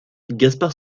gaspard